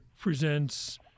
presents